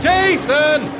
Jason